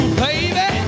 baby